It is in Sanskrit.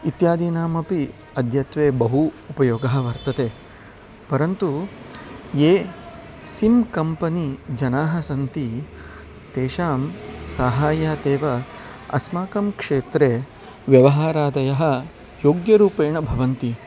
इत्यादीनामपि अद्यत्वे बहु उपयोगः वर्तते परन्तु ये सिम् कम्पनी जनाः सन्ति तेषां सहाय्यात् एव अस्माकं क्षेत्रे व्यवहारादयः योग्यरूपेण भवन्ति